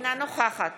אינה נוכחת